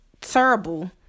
terrible